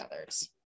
others